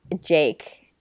Jake